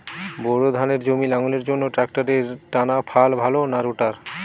Bore ধানের জমি লাঙ্গলের জন্য ট্রাকটারের টানাফাল ভালো না রোটার?